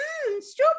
strawberries